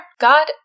God